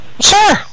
sure